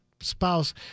spouse